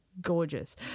gorgeous